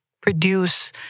produce